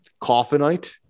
coffinite